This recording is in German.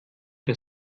der